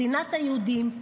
מדינת היהודים,